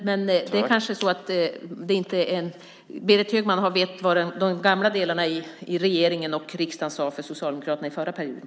Men det är kanske så att Berit Högman inte vet vad socialdemokraterna i regeringen och riksdagen sade under förra perioden.